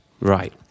Right